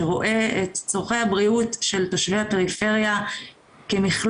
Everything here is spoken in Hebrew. שרואה את צורכי הבריאות של תושבי הפריפריה כמכלול